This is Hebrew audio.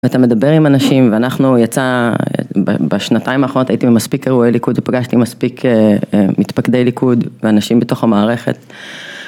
אתה מדבר עם אנשים ואנחנו יצא בשנתיים האחרונות הייתי במספיק אירועי ליכוד, ופגשתי מספיק מתפקדי ליכוד ואנשים בתוך המערכת.